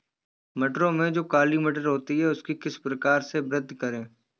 मटरों में जो काली मटर होती है उसकी किस प्रकार से वृद्धि करें?